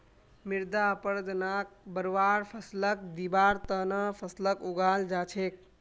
मृदा अपरदनक बढ़वार फ़सलक दिबार त न फसलक उगाल जा छेक